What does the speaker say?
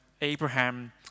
Abraham